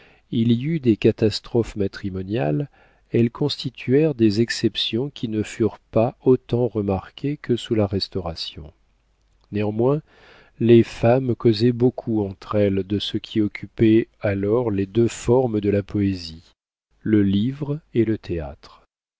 il y eut des catastrophes matrimoniales elles constituèrent des exceptions qui ne furent pas autant remarquées que sous la restauration néanmoins les femmes causaient beaucoup entre elles de ce qui occupait alors les deux formes de la poésie le livre et le théâtre